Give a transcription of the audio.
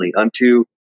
unto